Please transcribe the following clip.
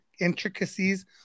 intricacies